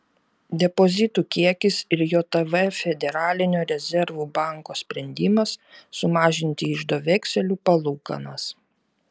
depozitų kiekis ir jav federalinio rezervų banko sprendimas sumažinti iždo vekselių palūkanas